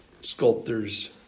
sculptors